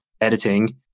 editing